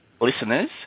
listeners